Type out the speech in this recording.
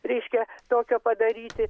reiškia tokio padaryti